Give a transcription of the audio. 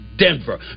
Denver